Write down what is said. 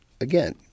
again